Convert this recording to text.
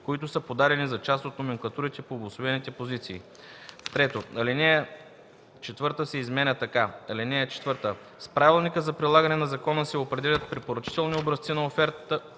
които са подадени за част от номенклатурите по обособените позиции.” 3. Алинея 4 се изменя така: „(4) С правилника за прилагане на закона се определят препоръчителни образци на оферта